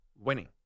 winning